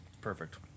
perfect